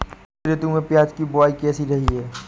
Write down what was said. इस ऋतु में प्याज की बुआई कैसी रही है?